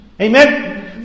Amen